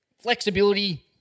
flexibility